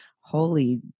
Holy